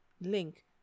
link